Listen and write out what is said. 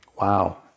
Wow